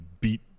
beat